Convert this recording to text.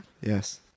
Yes